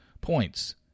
points